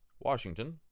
Washington